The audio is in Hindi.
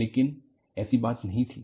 लेकिन ऐसी बात नहीं थी